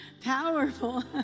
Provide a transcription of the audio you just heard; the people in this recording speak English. Powerful